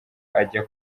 ajya